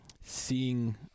seeing